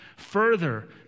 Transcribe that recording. further